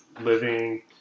living